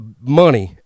money